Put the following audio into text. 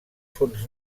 fons